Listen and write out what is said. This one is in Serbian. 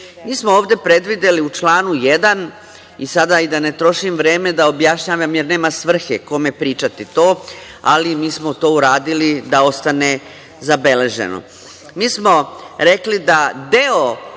Mi smo ovde predvideli u članu 1. i sada da ne trošim vreme da ne objašnjavam, jer nema svrhe kome pričati to, ali mi smo to uradili da ostane zabeleženo. Mi smo rekli da deo